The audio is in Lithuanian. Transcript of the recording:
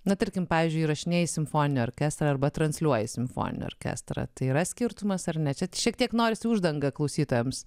na tarkim pavyzdžiui įrašinėji simfoninį orkestrą arba transliuoja simfoninį orkestrą tai yra skirtumas ar net šiek tiek norisi uždangą klausytojams